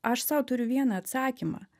aš sau turiu vieną atsakymą